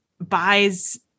buys